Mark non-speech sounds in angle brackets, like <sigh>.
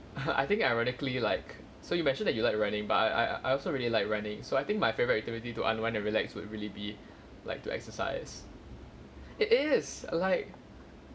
<laughs> I think I radically like so you mentioned that you like running but I I also really like running so I think my favorite activity to unwind and relax would really be like to exercise it is like